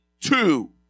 Two